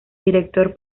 director